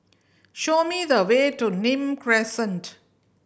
show me the way to Nim Crescent